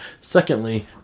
Secondly